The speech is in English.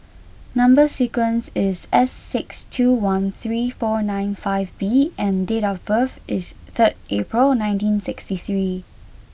number sequence is S six two one three four nine five B and date of birth is third April nineteen sixty three